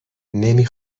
نمی